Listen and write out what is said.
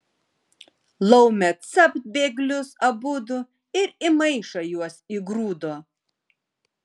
laumė capt bėglius abudu ir į maišą juos įgrūdo